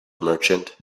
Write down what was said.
merchant